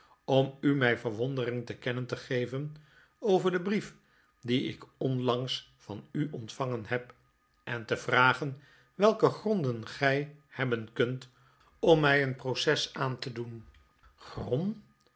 om u mijn verwondering te kennen te geven over den brief dien ik onlangs van u ontvangen neb en te vragen welke gronden gij hebben kunt om mij een proces aan te doen gron